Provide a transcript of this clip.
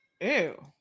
Ew